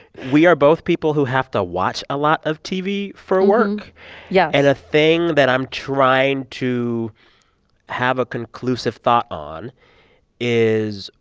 we are both people who have to watch a lot of tv for work yes yeah and a thing that i'm trying to have a conclusive thought on is,